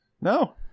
No